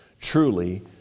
Truly